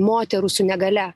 moterų su negalia